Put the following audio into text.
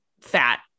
fat